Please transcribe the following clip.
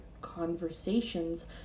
conversations